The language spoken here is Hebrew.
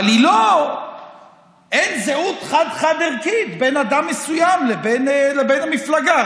אבל אין זהות חד-חד-ערכית בין אדם מסוים לבין המפלגה.